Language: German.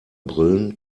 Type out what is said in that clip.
brillen